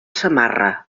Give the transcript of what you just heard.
samarra